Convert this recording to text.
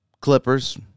Clippers